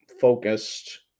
focused